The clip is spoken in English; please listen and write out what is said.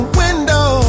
window